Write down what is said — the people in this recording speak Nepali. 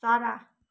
चरा